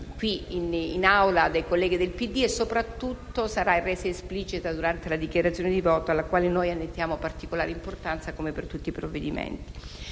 qui in Aula dai colleghi del PD. Esse saranno soprattutto rese esplicite durante la dichiarazione di voto, alla quale noi annettiamo particolare importanza, come per tutti i provvedimenti.